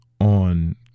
on